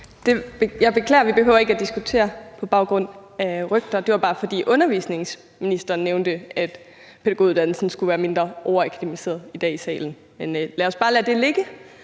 Jeg beklager – vi behøver ikke at diskutere på baggrund af rygter. Det var bare, fordi undervisningsministeren nævnte, at pædagoguddannelsen skulle være mindre overakademiseret, i salen i dag. Men lad os bare lade det ligge.